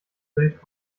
welt